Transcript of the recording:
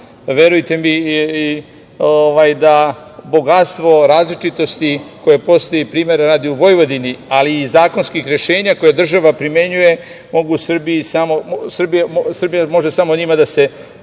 Verujte mi da bogatstvo različitosti koje postoje, primera radi u Vojvodini, ali i zakonskih rešenja koje država primenjuje, Srbija može samo njima da se